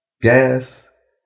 Gas